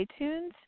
itunes